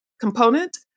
component